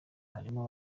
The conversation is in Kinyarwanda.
harimo